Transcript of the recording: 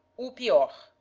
ou pode